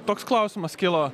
toks klausimas kilo